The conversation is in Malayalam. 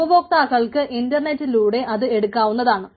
ഉപഭോക്താക്കൾക്ക് ഇൻറർനെറ്റിലൂടെ അത് എടുക്കാവുന്നതാണ്